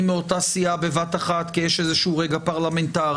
מאותה סיעה בבת אחת כי יש איזה רגע פרלמנטרי?